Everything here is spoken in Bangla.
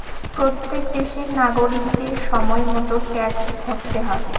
প্রত্যেক দেশের নাগরিকদের সময় মতো ট্যাক্স ভরতে হয়